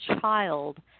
child